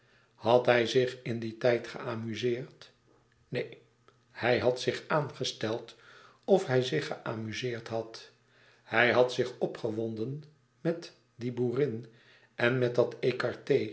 had hij zich in dien tijd geamuzeerd neen hij had zich aangesteld of hij zich geamuzeerd had hij had zich opgewonden met die boerin en met dat